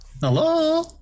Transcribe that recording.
Hello